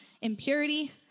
impurity